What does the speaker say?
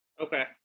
Okay